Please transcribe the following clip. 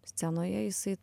scenoje jisai